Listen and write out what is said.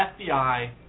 FBI